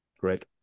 great